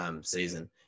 season